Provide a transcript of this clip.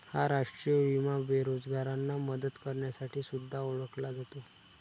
हा राष्ट्रीय विमा बेरोजगारांना मदत करण्यासाठी सुद्धा ओळखला जातो